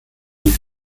die